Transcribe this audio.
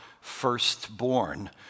firstborn